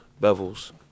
bevels